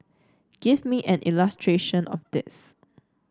give me an illustration of this